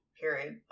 period